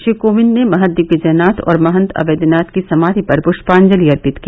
श्री कोविंद ने महंत दिग्विजयनाथ और महंत अवैद्यनाथ की समाधि पर प्ष्पांजलि अर्पित की